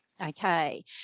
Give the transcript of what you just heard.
Okay